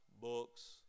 books